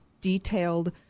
detailed